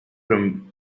from